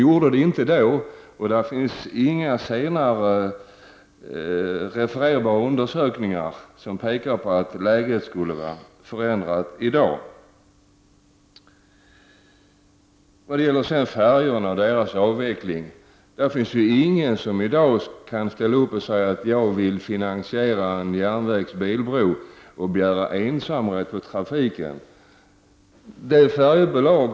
Partiet kom inte in då, och det finns inga refererbara undersökningar från senare tid som pekar på att läget i dag skulle vara förändrat. Sedan till frågan om färjorna och avvecklingen av dessa. Det finns ingen som i dag kan säga att han vill finansiera en järnvägsoch bilbro och begära ensamrätt på trafiken.